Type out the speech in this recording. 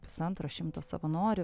pusantro šimto savanorių